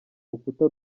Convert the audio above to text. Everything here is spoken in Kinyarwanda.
rukuta